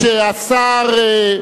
אדוני היושב-ראש,